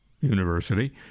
university